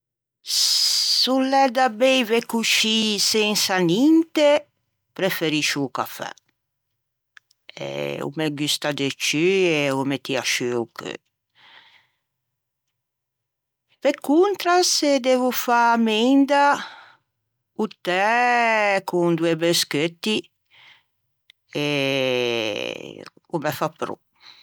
S'o l'é da beive coscì sensa ninte preferiscio o cafè, o me gusta de ciù, o me tio sciù o cheu. Pe contra se devo fâ menda, o tè con doî bescheutti o me fa pro.